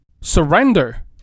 surrender